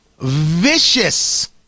Vicious